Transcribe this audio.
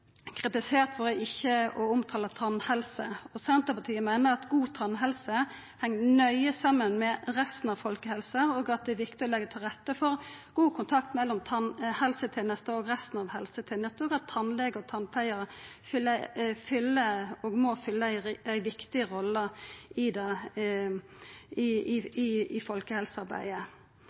kritisert for ikkje å omtala tannhelse. Senterpartiet meiner at god tannhelse heng nøye saman med resten av folkehelsa, at det er viktig å leggja til rette for god kontakt mellom tannhelsetenesta og resten av helsetenesta, og at tannlegar og tannpleiarar fyller, og må fylla, ei viktig rolle i folkehelsearbeidet. Til slutt: Søvnvanskar er heller ikkje omtalt. Ifølgje Helsedirektoratet er søvnvanskar blant dei vanlegaste helseplagene i